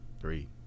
Three